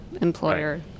employer